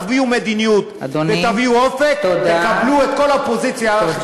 תביאו מדיניות ותביאו אופק ותקבלו את כל האופוזיציה אתכם.